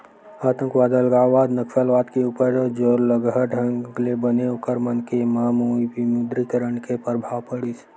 आंतकवाद, अलगावाद, नक्सलवाद के ऊपर जोरलगहा ढंग ले बने ओखर मन के म विमुद्रीकरन के परभाव पड़िस